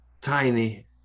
tiny